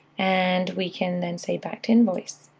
and we can then say, back to invoice.